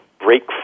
Break